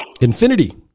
infinity